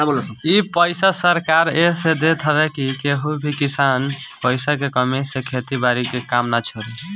इ पईसा सरकार एह से देत हवे की केहू भी किसान पईसा के कमी से खेती बारी के काम ना छोड़े